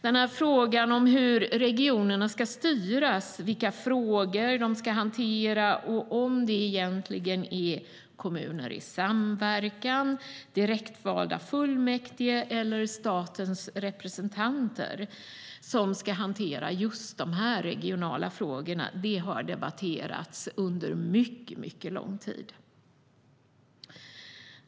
Frågorna om hur regionerna ska styras, vilka frågor de ska hantera och om det egentligen är kommuner i samverkan, direktvalda fullmäktige eller statens representanter som ska hantera just de här regionala frågorna har debatterats under mycket lång tid.